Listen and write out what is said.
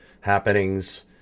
happenings